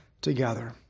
together